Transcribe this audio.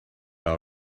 all